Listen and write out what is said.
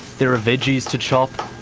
there are veggies to chop,